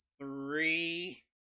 three